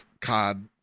COD